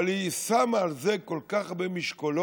אבל היא שמה על זה כל כך הרבה משקולות,